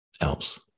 else